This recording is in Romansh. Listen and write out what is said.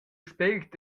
spért